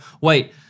wait